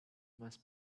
must